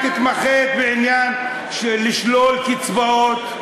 את התמחית בעניין של לשלול קצבאות,